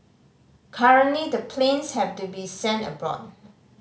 currently the planes have to be sent abroad